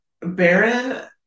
Baron